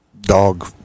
dog